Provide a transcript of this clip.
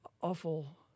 awful